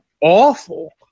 awful